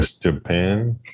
Japan